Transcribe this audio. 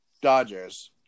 Dodgers